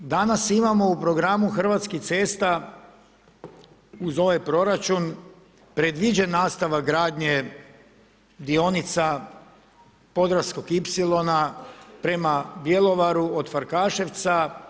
Danas imamo u programu Hrvatskih cesta uz ovaj proračun predviđen nastavak gradnje dionica Podravskog ipsilona prema Bjelovaru od Farkaševca.